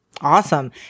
Awesome